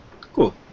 Cool